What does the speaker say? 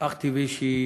שהיא